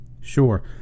Sure